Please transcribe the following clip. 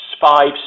five